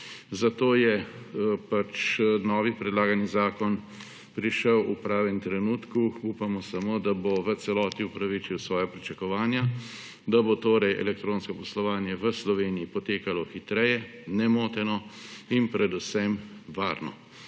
Zato je novi predlagani zakon prišel v pravem trenutku, upamo samo, da bo v celoti upravičil pričakovanja, da bo torej elektronsko poslovanje v Sloveniji potekalo hitreje, nemoteno in predvsem varno.